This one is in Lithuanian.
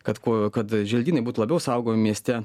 kad kuo kad želdynai būtų labiau saugomi mieste